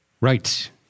Right